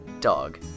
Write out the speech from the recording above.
dog